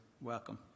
welcome